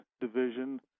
division